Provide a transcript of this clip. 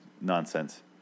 nonsense